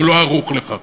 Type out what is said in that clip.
הוא לא ערוך לכך,